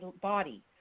body